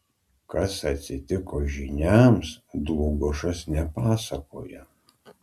kas atsitiko žyniams dlugošas nepasakoja